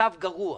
מצב גרוע.